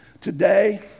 Today